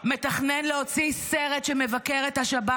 מתכנן להוציא סרט שמבקר את השב"כ,